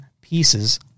pieces